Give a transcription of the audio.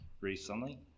recently